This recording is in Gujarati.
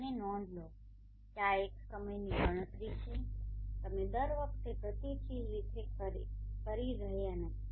અને નોંધ લો કે આ એક સમયની ગણતરી છે તમે દર વખતે ગતિશીલ રીતે તે કરી રહ્યાં નથી